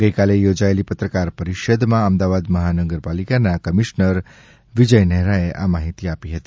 ગઇકાલે યોજાયેલી પત્રકાર પરિષદમાં અમદાવાદ મહાનગરપાલિકાના કમિશનર વિજય નેહરાએ આ માહિતી આપી હતી